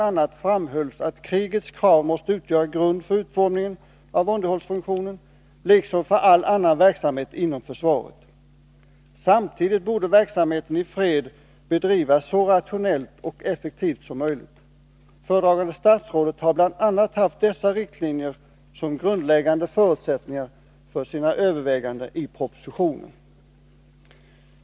a. framhölls att krigets krav måste utgöra grund för utformningen av underhållsfunktionen, liksom för all annan verksamhet inom försvaret. Samtidigt borde verksamheten i fred bedrivas så rationellt och effektivt som möjligt. Föredragande statsrådet har bl.a. haft dessa riktlinjer som grundläggande förutsättningar för sina överväganden i propositionen.